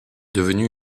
devenue